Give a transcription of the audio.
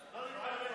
לא להיבהל,